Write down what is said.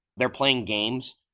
they're playing games,